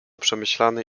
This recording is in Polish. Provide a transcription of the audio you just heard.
przemyślany